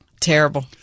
Terrible